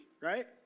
right